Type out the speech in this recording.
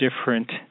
different